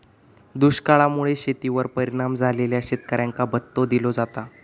दुष्काळा मुळे शेतीवर परिणाम झालेल्या शेतकऱ्यांका भत्तो दिलो जाता